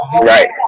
Right